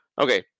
okay